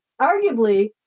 arguably